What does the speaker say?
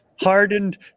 hardened